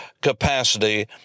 capacity